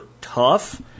tough